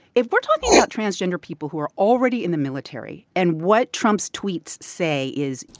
if we're talking about transgender people who are already in the military and what trump's tweets say is,